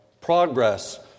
progress